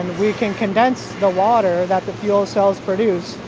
we can condense the water that the fuel cells produce.